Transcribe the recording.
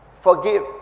forgive